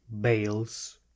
bales